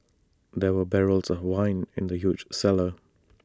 there were barrels of wine in the huge cellar